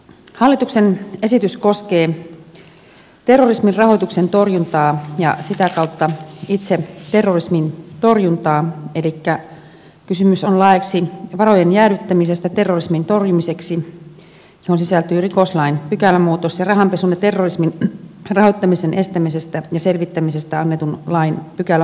hallituksen esitys koskee terrorismin rahoituksen torjuntaa ja sitä kautta itse terrorismin torjuntaa elikkä kysymys on laeista varojen jäädyttämisestä terrorismin torjumiseksi joihin sisältyy rikoslain pykälämuutos ja rahanpesun ja terrorismin rahoittamisen estämisestä ja selvittämisestä annetun lain pykälämuutoksista